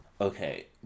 Okay